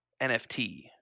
NFT